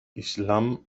islam